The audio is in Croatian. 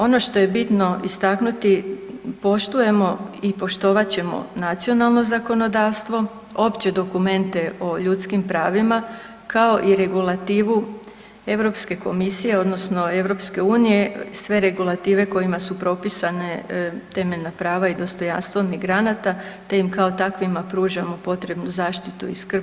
Ono što je bitno istaknuti poštujemo i poštovat ćemo nacionalno zakonodavstvo, opće dokumente o ljudskim pravima kao i regulativu Europske komisije, odnosno EU sve regulative kojima su propisane temeljna prava i dostojanstvo migranata, te im kao takvima pružamo potrebnu zaštitu i skrb.